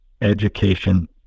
education